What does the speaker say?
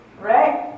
right